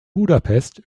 budapest